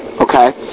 okay